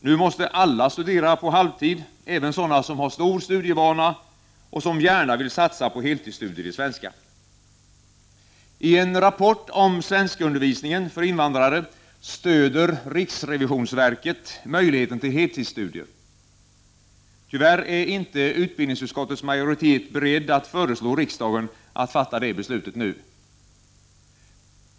Nu måste alla studera på halvtid — även sådana, som har stor studievana och som gärna vill satsa på heltidsstudier i svenska. I en rapport om svenskundervisningen för invandrare stöder riksrevisionsverket möjligheten till heltidsstudier. Tyvärr är inte utbildningsutskottets majoritet beredd att föreslå riksdagen att fatta det beslutet nu.